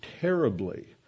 terribly